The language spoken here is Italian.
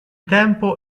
tempo